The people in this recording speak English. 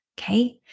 Okay